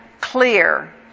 clear